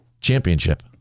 Championship